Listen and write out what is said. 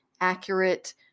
accurate